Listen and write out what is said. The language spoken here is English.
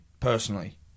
Personally